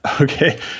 okay